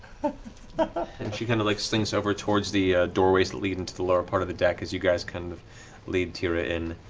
but and she kind of like slinks over towards the doorways that lead into the lower part of the deck. as you guys kind of lead teera in,